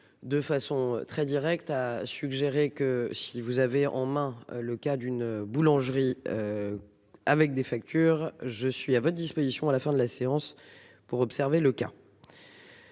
De façon très directe a suggéré que si vous avez en main le cas d'une boulangerie. Avec des factures je suis à votre disposition. À la fin de la séance. Pour observer le cas.